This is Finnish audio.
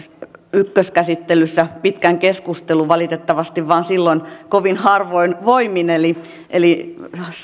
ykköskäsittelyssä pitkän keskustelun valitettavasti vain kovin harvoin voimin silloin eli